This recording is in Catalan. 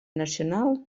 nacional